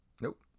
nope